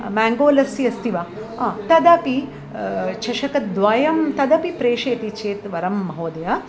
म्याङ्गोलस्सि अस्ति वा आम् तदपि चषकद्वयं तदपि प्रेषयति चेत् वरं महोदय